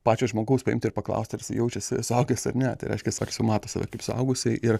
pačio žmogaus paimti ir paklausti ar jisai jaučiasi suaugęs ar ne tai reiškiasi ar jisai mato save kaip suaugusį ir